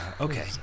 okay